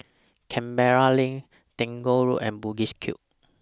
Canberra LINK Tagore Road and Bugis Cube